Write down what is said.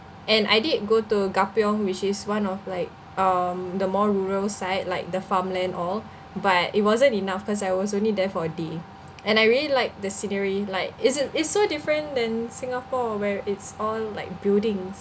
and I did go to gapyeong which is one of like um the more rural side like the farmland all but it wasn't enough cause I was only there for a day and I really like the scenery like it's it's so different than singapore where it's all like buildings